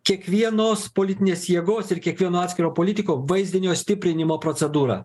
kiekvienos politinės jėgos ir kiekvieno atskiro politiko vaizdinio stiprinimo procedūra